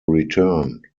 return